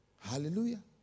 Hallelujah